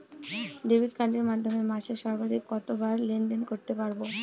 Debit কার্ডের মাধ্যমে মাসে সর্বাধিক কতবার লেনদেন করতে পারবো?